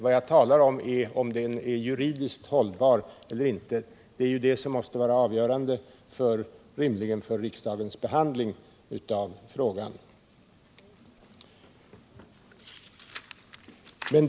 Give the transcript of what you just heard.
Vad jag talar om är huruvida den är juridiskt hållbar eller inte. Det måste ju rimligen vara avgörande för riksdagens behandling av frågan.